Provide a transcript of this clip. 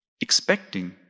expecting